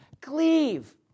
Cleave